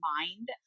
mind